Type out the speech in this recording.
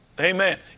Amen